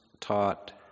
taught